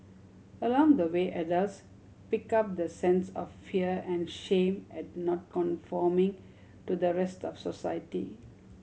along the way adults pick up the sense of fear and shame at not conforming to the rest of society